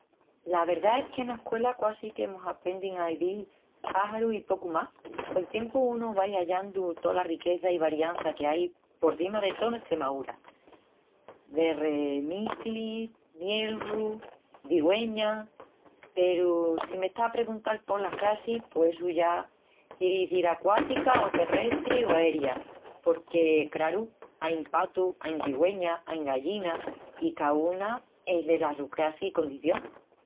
La verdá es qu’ena escuela quasi que mos aprendin a izil páxarus i pocu más. Col tiempu unu vai hallandu tola riqueza i variança que ai, porcima de tó, n’Estremaúra. Cerremiclis, mielrus, cigüeñas,.. Peru si m'estás a perguntal polas crassis pos essu ya... quieris izil acuáticas o terrestris o aerias? Porque, craru, ain patus, ain cigüenas, ain gallinas, i caúna es dela su crassi i condición.